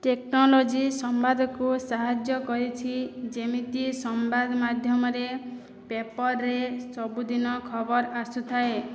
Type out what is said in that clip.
technology ସମ୍ବାଦକୁ ସାହାଯ୍ୟ କରିଛି ଯେମିତି ସମ୍ବାଦ ମାଧ୍ୟମରେ ପେପରରେ ସେ ସବୁଦିନ ଖବର ଆସୁଥାଏ